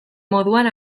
moduan